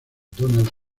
donald